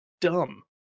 dumb